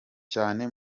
cyane